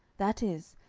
that is,